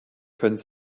können